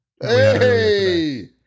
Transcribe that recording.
Hey